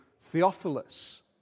Theophilus